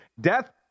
death